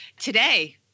today